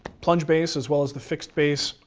plunge base as well as the fix base.